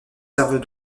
servent